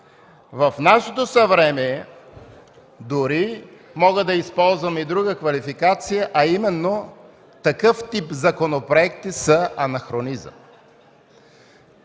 В нашето съвремие мога да използвам и друга квалификация, а именно: такъв тип законопроекти са анахронизъм.